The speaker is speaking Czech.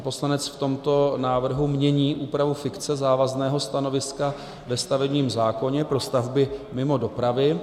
Pan poslanec v tomto návrhu mění úpravu fikce závazného stanoviska ve stavebním zákoně pro stavby mimo dopravy.